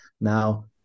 now